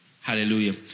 Hallelujah